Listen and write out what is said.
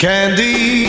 Candy